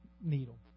needle